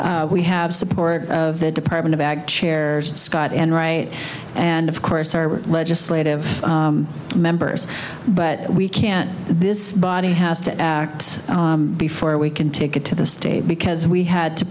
we have support of the department a bag chairs and scott and right and of course our legislative members but we can't this body has to act before we can take it to the state because we had to